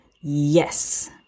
Yes